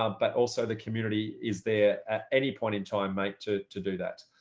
ah but also the community is there at any point in time, mate to to do that.